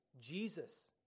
Jesus